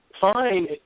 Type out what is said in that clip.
fine